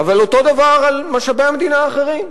אבל אותו הדבר על משאבי המדינה האחרים,